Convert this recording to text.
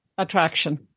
Attraction